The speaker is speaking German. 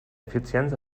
effizienz